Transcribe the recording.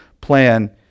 plan